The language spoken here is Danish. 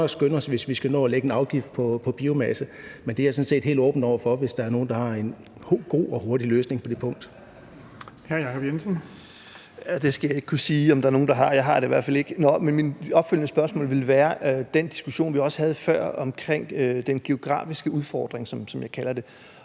skynde os, hvis vi skal nå at lægge en afgift på biomasse. Men det er jeg sådan set helt åben over for, hvis der er nogle, der har en god og hurtig løsning på det punkt. Kl. 13:37 Den fg. formand (Erling Bonnesen): Hr. Jacob Jensen. Kl. 13:37 Jacob Jensen (V): Det skal jeg ikke kunne sige om der er nogen der har. Jeg har det i hvert fald ikke. Men mit opfølgende spørgsmål ville være om den diskussion, vi også havde før, omkring den geografiske udfordring, som jeg kalder